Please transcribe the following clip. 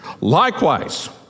likewise